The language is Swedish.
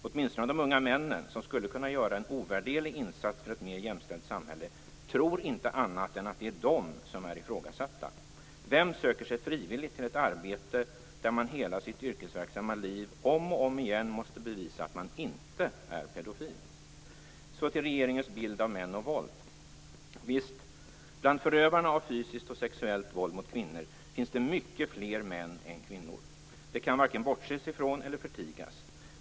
Åtminstone de unga männen, som skulle kunna göra en ovärderlig insats för ett mer jämställt samhälle, tror inte annat än att det är de som är ifrågasatta. Vem söker sig frivilligt till ett arbete där man hela sitt yrkesverksamma liv om och om igen måste bevisa att man inte är pedofil? Så till regeringens bild av män och våld. Visst, bland förövarna av fysiskt och sexuellt våld mot kvinnor finns det mycket fler män än kvinnor. Det kan varken bortses ifrån eller förtigas.